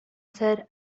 said